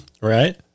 Right